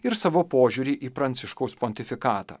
ir savo požiūrį į pranciškaus pontifikatą